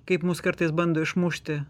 kaip mus kartais bando išmušti